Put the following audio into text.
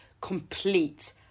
complete